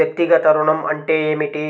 వ్యక్తిగత ఋణం అంటే ఏమిటి?